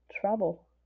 travel